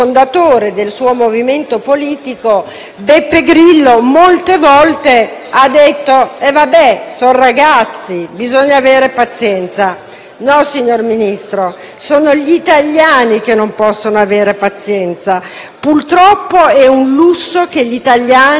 Beppe Grillo, molte volte ha detto che si tratta di ragazzi e bisogna avere pazienza. No, signor Ministro, sono gli italiani che non possono avere pazienza. Purtroppo, è un lusso che gli italiani non si possono permettere.